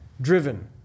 driven